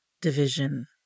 division